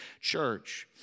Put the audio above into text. church